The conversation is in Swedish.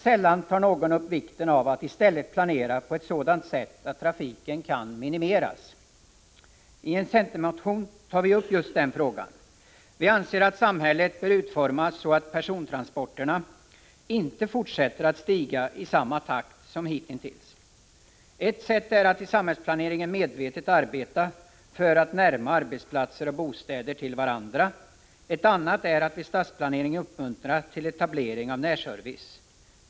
Sällan tar någon upp vikten av att i stället planera på ett sådant sätt att trafiken kan minimeras. I en centermotion tar vi upp just denna fråga. Vi anser att samhället bör utformas så att antalet persontransporter inte fortsätter att stiga i samma takt som hittills. Ett sätt är att i samhällsplaneringen medvetet arbeta för att närma arbetsplatser och bostäder till varandra. Ett annat är att vid stadsplanering uppmuntra till etablering av närservice.